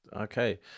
Okay